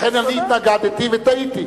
לכן אני התנגדתי, וטעיתי.